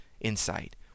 Insight